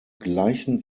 gleichen